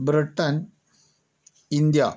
Britain India